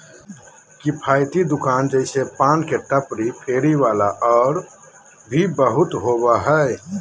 किफ़ायती दुकान जैसे पान के टपरी, फेरी वाला और भी बहुत होबा हइ